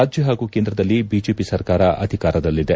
ರಾಜ್ಯ ಪಾಗೂ ಕೇಂದ್ರದಲ್ಲಿ ಬಿಜೆಪಿ ಸರ್ಕಾರ ಅಧಿಕಾರದಲ್ಲಿದೆ